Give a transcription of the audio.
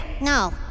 No